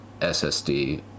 ssd